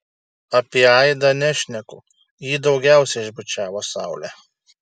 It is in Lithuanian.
apie aidą nešneku jį daugiausiai išbučiavo saulė